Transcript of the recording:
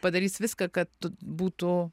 padarys viską kad būtų